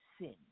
sin